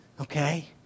okay